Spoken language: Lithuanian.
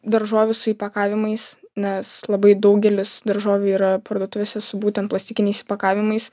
daržovių su įpakavimais nes labai daugelis daržovių yra parduotuvėse su būtent plastikiniais įpakavimais